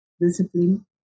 discipline